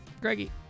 Greggy